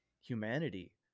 humanity